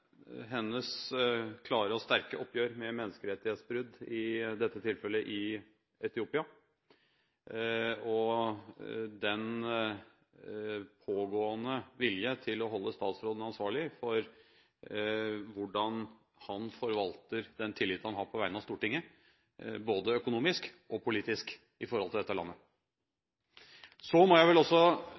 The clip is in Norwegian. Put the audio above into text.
hennes klare og sterke oppgjør med menneskerettighetsbrudd – i dette tilfellet i Etiopia – og den pågående vilje til å holde statsråden ansvarlig for hvordan han forvalter den tilliten han har på vegne av Stortinget, både økonomisk og politisk, når det gjelder dette landet. Så må jeg vel også